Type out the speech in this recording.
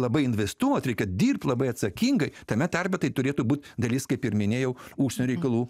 labai investuot reikia dirbt labai atsakingai tame tarpe tai turėtų būt dalis kaip ir minėjau užsienio reikalų